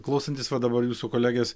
klausantis va dabar jūsų kolegės